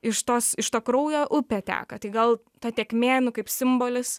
iš tos iš to kraujo upė teka tai gal ta tėkmė nu kaip simbolis